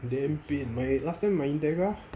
damn pain last time my integral